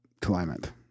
climate